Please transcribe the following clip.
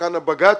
במבחן הבג"ץ,